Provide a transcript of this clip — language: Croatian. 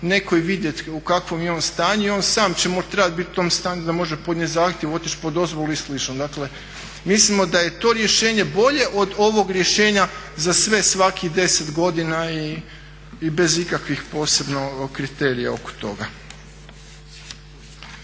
netko i vidjet u kakvom je on stanju i on sam će trebat bit u tom stanju da može podnijet zahtjev, otići po dozvolu i slično. Dakle, mislimo da je to rješenje bolje od ovog rješenja za sve svakih 10 godina i bez ikakvih posebno kriterija oko toga.